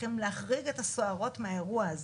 צריכים להחריג את הסוהרות מהאירוע הזה.